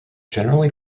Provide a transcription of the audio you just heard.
generally